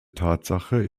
tatsache